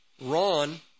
Ron